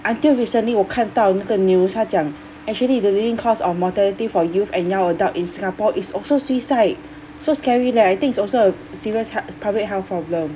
until recently 我看到那个 news 他讲 actually the leading cause of mortality for youth and young adult in singapore is also suicide so scary leh I think it's also a serious heal~ public health problem